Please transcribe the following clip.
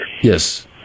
Yes